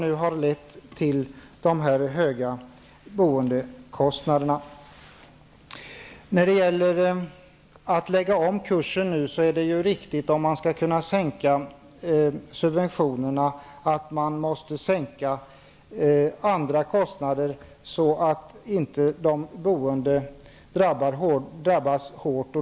Det har nu lett till dessa höga boendekostnader. Det är riktigt att man måste lägga om kursen om man skall kunna minska subventionerna, och man måste sänka andra kostnader så att inte de boende drabbas hårt.